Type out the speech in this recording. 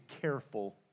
careful